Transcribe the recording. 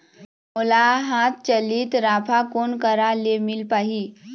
मोला हाथ चलित राफा कोन करा ले मिल पाही?